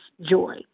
joy